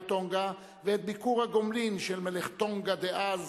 בטונגה ואת ביקור הגומלין של מלך טונגה דאז,